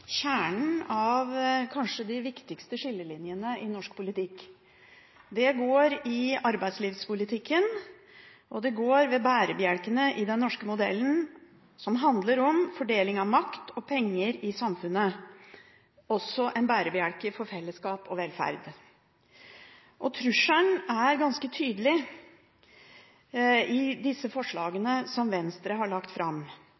kjernen av kanskje de viktigste skillelinjene i norsk politikk. Det går på arbeidslivspolitikken og på bærebjelkene i den norske modellen, som handler om fordeling av makt og penger i samfunnet – en bærebjelke for fellesskap og velferd. Trusselen er ganske tydelig i disse forslagene som Venstre har lagt fram,